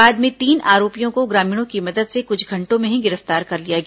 बाद में तीन आरोपियों को ग्रामीणों की मदद से कुछ घंटों में ही गिरफ्तार कर लिया गया